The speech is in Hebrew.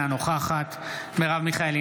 אינה נוכחת מרב מיכאלי,